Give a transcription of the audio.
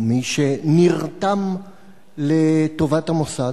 או מי שנרתם לטובת המוסד.